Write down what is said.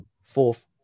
fourth